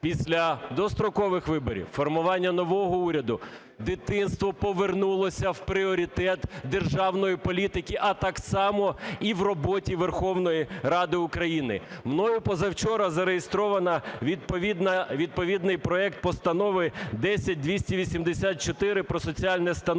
після дострокових виборів, формування нового уряду дитинство повернулося в пріоритет державної політики, а так само і в роботі Верховної Ради України. Мною позавчора зареєстрований відповідний проект Постанови 10284 про соціальне становище